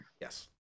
Yes